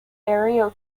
aero